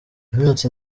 imyotsi